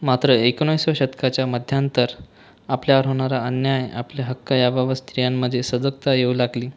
मात्र एकोणाविसव्या शतकाच्या मध्यांतर आपल्यावर होणारा अन्याय आपले हक्क याबाबत स्त्रियांमधे सजगता येऊ लागली